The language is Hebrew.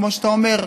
כמו שאתה אומר,